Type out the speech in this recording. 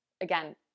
again